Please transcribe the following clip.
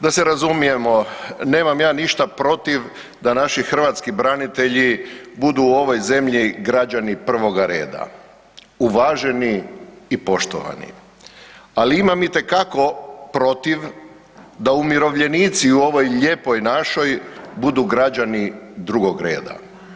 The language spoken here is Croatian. Da se razumijemo, nemam ja ništa protiv da naši hrvatski branitelji budu u ovoj zemlji građani prvoga reda, uvaženi i poštovani, ali imam itekako protiv da umirovljenici u ovoj lijepoj našoj budu građani drugog reda.